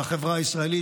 על החברה הישראלית.